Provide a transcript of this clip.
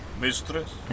mistress